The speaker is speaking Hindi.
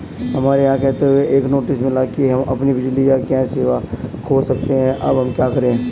हमें यह कहते हुए एक नोटिस मिला कि हम अपनी बिजली या गैस सेवा खो सकते हैं अब हम क्या करें?